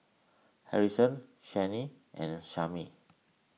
Harrison Shane and Samie